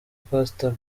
pastor